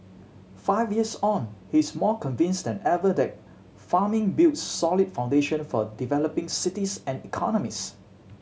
five years on he is more convinced than ever that farming builds solid foundation for developing cities and economies